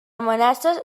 amenaces